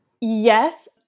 Yes